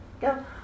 go